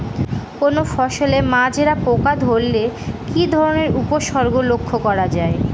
কোনো ফসলে মাজরা পোকা ধরলে কি ধরণের উপসর্গ লক্ষ্য করা যায়?